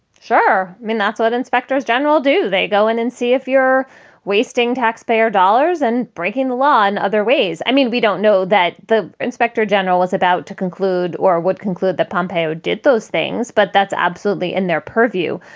sure. i mean, that's what inspectors general do. they go in and see if you're wasting taxpayer dollars and breaking the law in other ways? i mean, we don't know that the inspector general is about to conclude or would conclude that pompeo did those things, but that's absolutely in their purview.